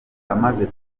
amaze